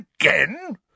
Again